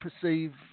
perceive